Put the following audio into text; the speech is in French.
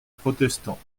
protestants